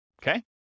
Okay